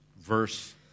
verse